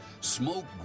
Smoke